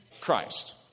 Christ